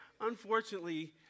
unfortunately